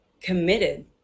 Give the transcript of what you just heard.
committed